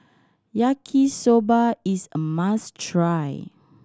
Yaki Soba is a must try